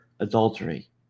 Adultery